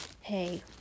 hey